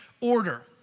order